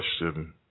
question